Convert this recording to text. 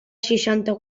seixanta